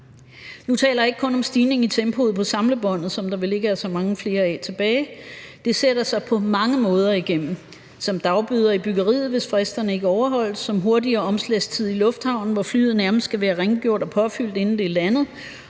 nu taler jeg ikke kun om stigningen i tempoet på samlebåndet, som der vel ikke er så mange flere tilbage af, men det sætter sig igennem på mange måder: som dagbøder i byggeriet, hvis fristerne ikke overholdes; som en hurtigere omslagstid i lufthavnen, hvor flyet nærmest skal være rengjort og påfyldt, inden det er landet;